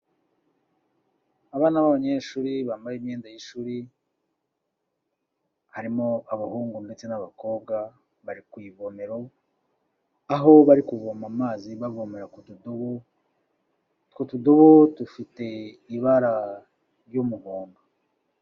Abana b'abanyeshuri, bambaye imyenda y'ishuri, harimo abahungu ndetse n'abakobwa, bari ku ivomero, aho bari kuvoma amazi bavomera ku utudobo, utwo tudobo dufite ibara ry'umuhondo.